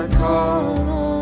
call